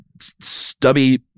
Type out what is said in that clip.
stubby